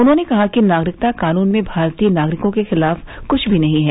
उन्होंने कहा कि नागरिकता कानून में भारतीय नागरिकों के खिलाफ कुछ भी नहीं है